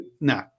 no